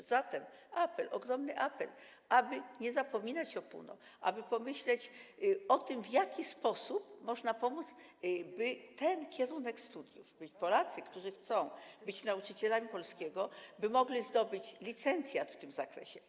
A zatem apel, ogromny apel, aby nie zapominać o PUNO, aby pomyśleć o tym, w jaki sposób można pomóc, by jeśli chodzi o ten kierunek studiów, Polacy, którzy chcą być nauczycielami polskiego, mogli zdobyć licencjat w tym zakresie.